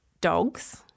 dogs